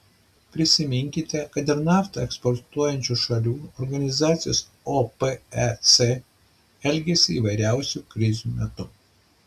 prisiminkite kad ir naftą eksportuojančių šalių organizacijos opec elgesį įvairiausių krizių metu